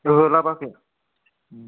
ओहो लाबोवाखै